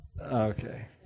Okay